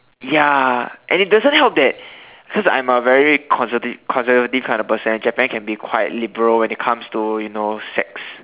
ya and it doesn't help that cause I'm a very conservative kind of person and Japan can be quite liberal when it comes to you know sex